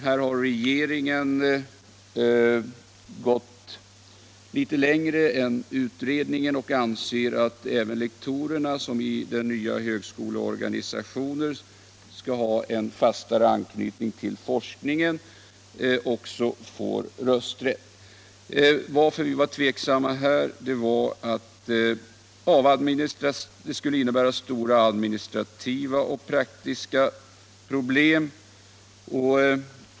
Här har regeringen gått litet längre än utredningen och anser att även lektorerna, som i den nya högskoleorganisationen skall ha en fastare anknytning till forskningen, skall få rösträtt. Att vi i utredningen var tveksamma berodde på att vi ansåg att det skulle bli stora administrativa och praktiska problem.